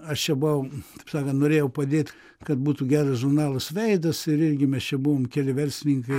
aš čia buvau save norėjau padėt kad būtų geras žurnalas veidas ir irgi mes čia buvom keli verslininkai